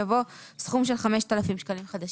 יבוא 'יחולו על נכה'.